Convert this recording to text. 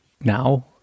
now